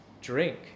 drink